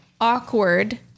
awkward